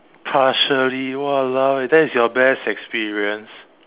partially !walao! eh that is your best experience